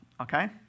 Okay